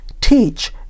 teach